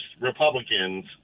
Republicans